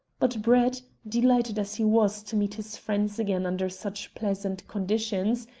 but brett, delighted as he was to meet his friends again under such pleasant conditions,